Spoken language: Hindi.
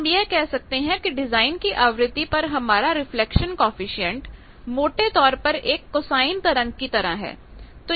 तो हम यह देख सकते हैं कि डिजाइन की आवृत्ति पर हमारा रिफ्लेक्शन कॉएफिशिएंट मोटे तौर पर एक कोसाइन तरंग की तरह है